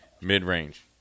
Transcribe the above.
mid-range